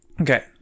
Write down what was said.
Okay